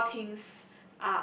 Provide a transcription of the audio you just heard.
raw things